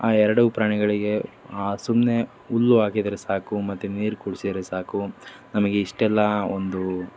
ಆ ಎರಡೂ ಪ್ರಾಣಿಗಳಿಗೆ ಸುಮ್ಮನೆ ಹುಲ್ಲು ಹಾಕಿದರೆ ಸಾಕು ಮತ್ತು ನೀರು ಕುಡ್ಸಿದ್ರೆ ಸಾಕು ನಮಗೆ ಇಷ್ಟೆಲ್ಲ ಒಂದು